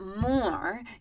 more